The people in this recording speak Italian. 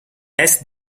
est